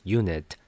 unit